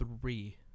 three